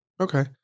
Okay